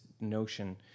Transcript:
notion